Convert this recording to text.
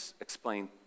explain